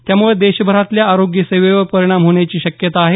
यामुळं देशभरातल्या आरोग्यसेवेवर परिणाम होण्याची शक्यता आहे